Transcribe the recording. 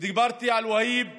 ודיברתי על והיב עלי,